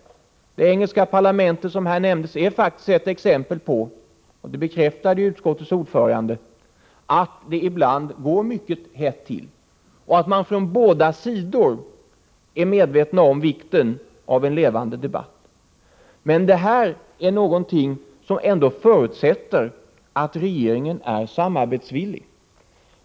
I det engelska parlamentet, som här har nämnts, går det faktiskt ibland — och det bekräftade utskottets ordförande — mycket hett till, och man är från båda sidor medveten om vikten av en levande debatt. Men detta är någonting som ändå förutsätter att regeringen är samarbetsvillig.